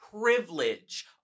privilege